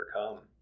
overcome